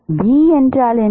v என்றால் என்ன